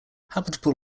habitable